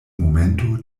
momento